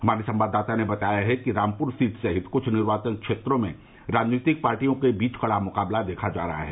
हमारे संवाददाता ने बताया कि रामपुर सीट सहित कुछ निर्वाचन क्षेत्रों में राजनीतिक पार्टियों के बीच कड़ा मुकाबला देखा जा रहा है